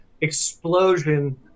explosion